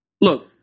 Look